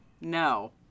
No